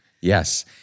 yes